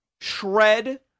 shred